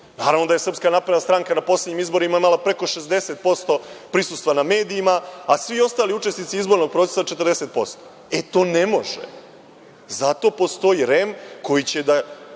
učesnika. Naravno, da je SNS na poslednjim izborima imala preko 60% prisustva na medijima, a svi ostali učesnici izbornog procesa 40%. E, to ne može, zato postoji REM koji će da